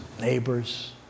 neighbors